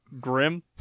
grim